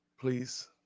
please